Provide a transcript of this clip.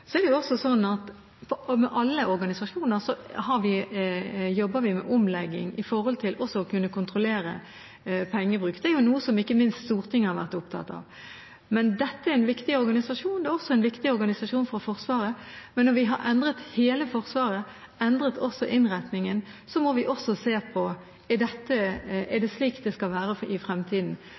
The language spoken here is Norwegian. sånn at vi med alle organisasjoner jobber med omlegging for å kunne kontrollere pengebruk. Det er noe som ikke minst Stortinget har vært opptatt av. Dette er en viktig organisasjon, også for Forsvaret, men når vi har endret hele Forsvaret, også innretningen, må vi også se på om dette er slik det skal være i fremtiden. Men det skal ikke være noen tvil om at vi skal ha en god dialog med denne store organisasjonen som betyr mye i